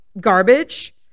garbage